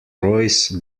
royce